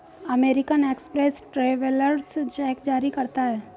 American Express travellers cheque जारी करता है